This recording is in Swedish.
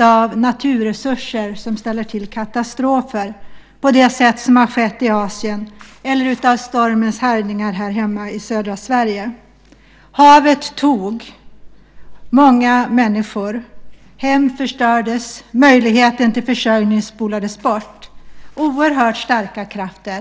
av naturresurser som ställer till katastrofer på det sätt som skett i Asien eller genom stormens härjningar här i södra Sverige. Havet tog många människor. Hem förstördes. Möjligheten till försörjning spolades bort. Det var oerhört starka krafter.